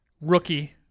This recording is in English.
Rookie